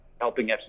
helping